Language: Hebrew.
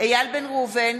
איל בן ראובן,